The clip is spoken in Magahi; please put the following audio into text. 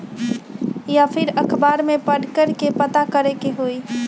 या फिर अखबार में पढ़कर के पता करे के होई?